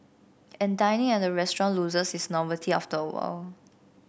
and dining at a restaurant loses its novelty after a while